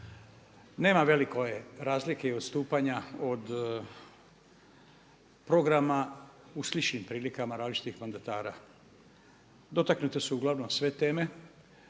Nema velike razlike i odstupanja od programa u sličnim prilikama različitih mandatara. Dotaknute su uglavnom sve teme,